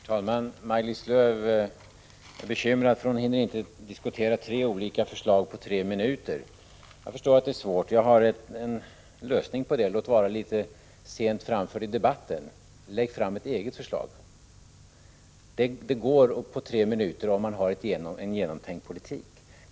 Herr talman! Maj-Lis Lööw är bekymrad för att hon inte hinner diskutera tre olika förslag på tre minuter. Jag förstår att det är svårt. Jag har en lösning på det problemet — låt vara att den är litet sent framförd i debatten: Lägg fram ett eget förslag! Det går att göra det på tre minuter, om man har en genomtänkt politik.